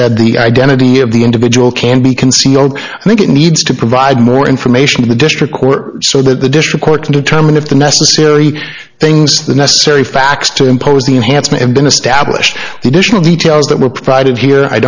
said the identity of the individual can be concealed i think it needs to provide more information to the district were so that the district court to determine if the necessary things the necessary facts to impose the enhanced may have been established the additional details that were provided here i